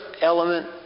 element